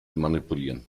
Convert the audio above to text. manipulieren